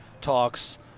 talks